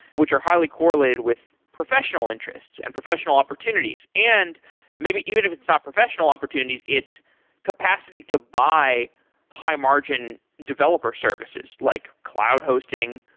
which are highly correlated with professional interests and professional opportunities and maybe even if it's not professional opportunities, its capacity to buy high-margin developer services, like cloud hosting,